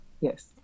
Yes